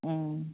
अ